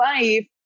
life